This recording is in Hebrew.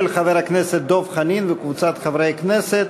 של חבר הכנסת דב חנין וקבוצת חברי כנסת.